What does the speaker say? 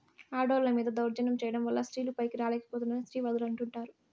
ఆడోళ్ళ మీద దౌర్జన్యం చేయడం వల్ల స్త్రీలు పైకి రాలేక పోతున్నారని స్త్రీవాదులు అంటుంటారు